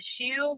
issue